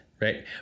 right